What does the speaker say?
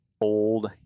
old